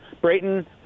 Brayton